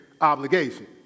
obligation